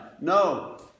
no